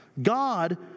God